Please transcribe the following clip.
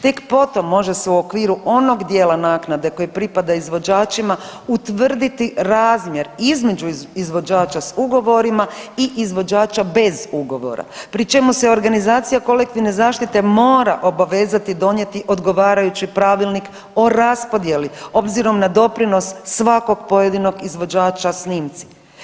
Tek potom može se u okviru onog dijela naknade koji pripada izvođačima utvrditi razmjer između izvođača s ugovorima i izvođača bez ugovora pri čemu se organizacija kolektivne zaštite mora obavezati donijeti odgovarajući pravilnik o raspodjeli obzirom na doprinos svakog pojedinog izvođača snimci.